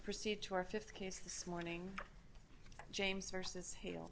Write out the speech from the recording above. proceed to our th case this morning james versus ha